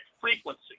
frequency